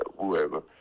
whoever